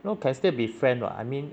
no can still be friend [what] I mean